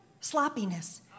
sloppiness